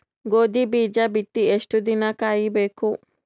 ಗೋಧಿ ಬೀಜ ಬಿತ್ತಿ ಎಷ್ಟು ದಿನ ಕಾಯಿಬೇಕು?